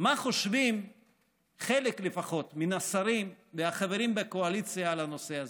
מה חושבים לפחות חלק מן השרים והחברים בקואליציה על הנושא הזה.